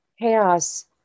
Chaos